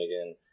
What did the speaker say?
again